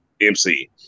MC